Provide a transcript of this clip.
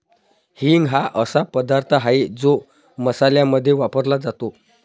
हिंग हा असा पदार्थ आहे जो मसाल्यांमध्ये वापरला जातो